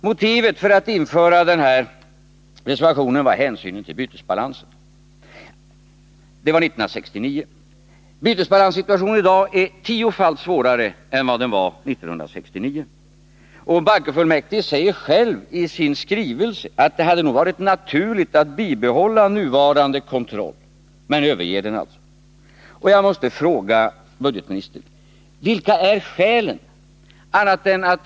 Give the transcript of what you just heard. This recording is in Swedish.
Motivet för att införa denna reservation var hänsynen till bytesbalansen. Det var 1969. Bytesbalanssituationen är i dag tiofalt svårare än den var 1969. Och bankofullmäktige säger i sin skrivelse att det nog hade varit naturligt att bibehålla nuvarande kontroll, men man överger den alltså. Jag måste fråga budgetministern: Vilka är skälen?